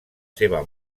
seva